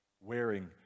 wearing